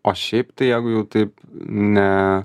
o šiaip tai jeigu jau taip ne